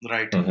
Right।